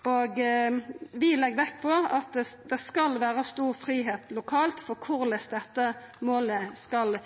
skulane. Vi legg vekt på at det skal vera stor fridom lokalt for korleis dette målet skal